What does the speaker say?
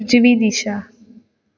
उजवी दिशा